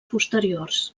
posteriors